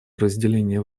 разделения